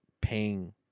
paying